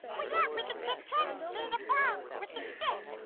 well yeah, we could take turns hitting the ball with the stick.